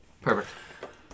Perfect